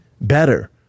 better